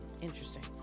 Interesting